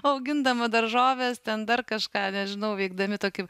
augindama daržoves ten dar kažką nežinau veikdami tokį